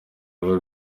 bigo